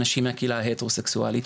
אנשים מהקהילה ההטרו-סקסואלית,